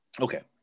Okay